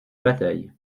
bataille